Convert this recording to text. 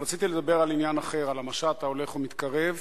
רציתי לדבר על עניין אחר, על המשט ההולך ומתקרב